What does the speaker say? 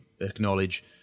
acknowledge